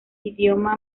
idioma